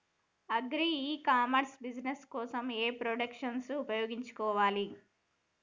Agri e commerce business కోసము ఏ products ఎంచుకోవాలి?